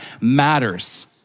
matters